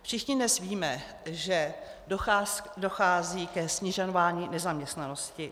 Všichni dnes víme, že dochází ke snižování nezaměstnanosti.